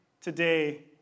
today